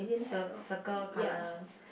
ci~ circle colour